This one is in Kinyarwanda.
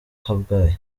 kabgayi